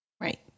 Right